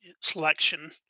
selection